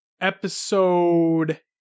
Episode